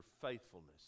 faithfulness